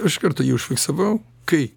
aš kartą jį užfiksavau kai